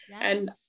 and-